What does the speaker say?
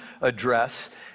address